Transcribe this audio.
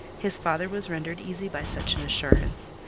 his father was rendered easy by such an assurance,